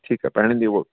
ठीकु आहे पहिरियों ॾींहं उहो